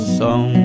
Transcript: song